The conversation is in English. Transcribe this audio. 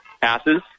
passes